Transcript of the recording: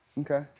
Okay